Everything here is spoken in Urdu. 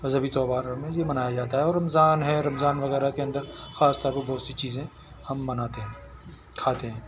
مذہبی تہواروں میں یہ منایا جاتا ہے اور رمضان ہے رمضان وغیرہ کے اندر خاص طور پر بہت سی چیزیں ہم بناتے ہیں کھاتے ہیں